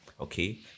Okay